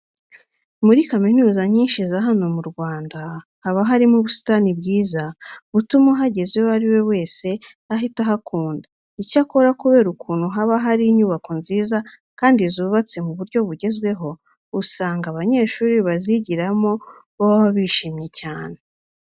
Muri kaminuza nyinshi za hano mu Rwanda haba harimo ubusitani bwiza butuma uhageze uwo ari we wese ahita ahakunda. Icyakora kubera ukuntu haba hari n'inyubako nziza kandi zubatse mu buryo bugezweho, usanga abanyeshuri bazigiramo baba bizishimiye cyane.